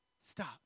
Stop